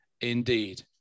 indeed